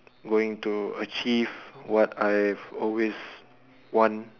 going to achieve what I have always want